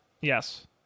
Yes